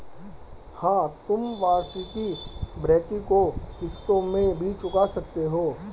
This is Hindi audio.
हाँ, तुम वार्षिकी भृति को किश्तों में भी चुका सकते हो